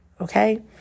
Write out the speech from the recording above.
okay